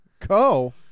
Co